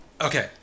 Okay